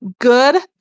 Good